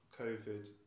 COVID